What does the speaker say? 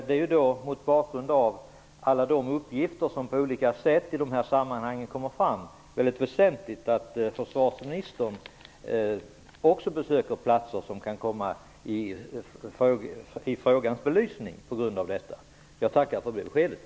Det är mot bakgrund mot alla de uppgifter som på olika sätt i dessa sammanhang kommer fram väldigt väsentligt att försvarsministern också besöker platser som kan komma i fråga för frågans belysning. Jag tackar för beskedet.